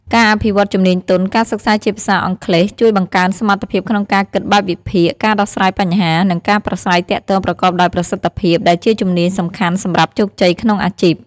ការអភិវឌ្ឍន៍ជំនាញទន់ ការសិក្សាជាភាសាអង់គ្លេសជួយបង្កើនសមត្ថភាពក្នុងការគិតបែបវិភាគ ការដោះស្រាយបញ្ហា និងការប្រាស្រ័យទាក់ទងប្រកបដោយប្រសិទ្ធភាព ដែលជាជំនាញសំខាន់សម្រាប់ជោគជ័យក្នុងអាជីព។